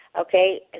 Okay